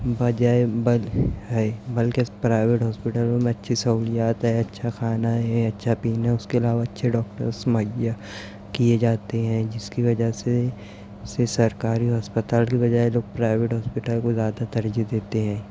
بجائے بد ہے بلکہ پرائیویٹ ہاسپٹلوں میں اچھی سہولیات ہے اچھا کھانا ہے اچھا پینا ہے اس کے علاوہ اچھے ڈاکٹرس مہیا کیے جاتے ہیں جس کی وجہ سے اسے سرکاری ہسپتال کے بجائے لوگ پرائیویٹ ہاسپٹل کو زیادہ ترجیح دیتے ہیں